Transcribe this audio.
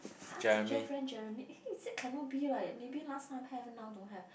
ask he friend Jeremy eh is it cannot be what maybe last time have now don't have